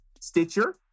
Stitcher